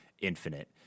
infinite